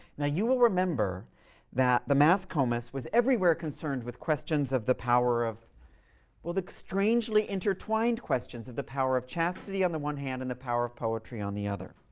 now you will remember that the mask comus was everywhere concerned with questions of the power of well, the strangely intertwined questions of the power of chastity on the one hand and the power of poetry on the other.